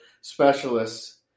specialists